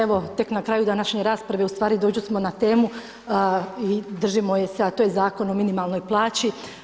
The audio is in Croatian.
Evo tek na kraju današnje rasprave ustvari došli smo na temu i držimo je se a to je Zakon o minimalnoj plaći.